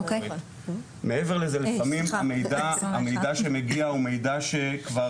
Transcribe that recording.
מעבר לזה, לפעמים המידע שמגיע הוא מידע שכבר